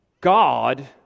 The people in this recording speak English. God